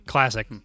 Classic